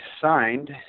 signed